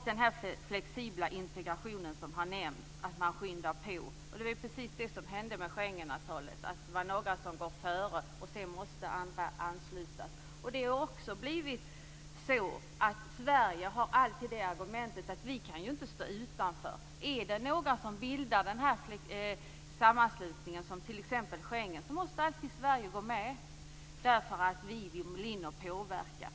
Den flexibla integrationen som har nämnts innebär att man skyndar på. Det var precis det som hände med Schengenavtalet. Några går före, och sedan måste andra ansluta sig. Det har också blivit så att Sverige alltid använder argumentet att vi inte kan stå utanför. Om några länder bildar en sammanslutning, t.ex. Schengen, så måste Sverige ansluta sig därför att vi vill gå med och påverka.